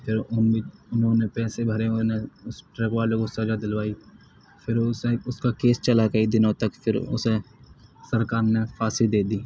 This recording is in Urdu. پھر انہوں نے پیسے بھرے اس ٹرک والوں کو سزا دلوائی پھر اسے اس کا کیس چلا کئی دنوں تک پھر اسے سرکار نے پھانسی دے دی